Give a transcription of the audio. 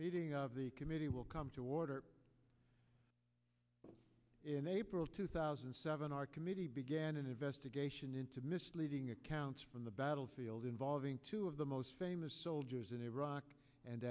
meeting of the committee will come to order in april two thousand and seven our committee began an investigation into misleading accounts from the battlefield involving two of the most famous soldiers in iraq and